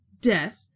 death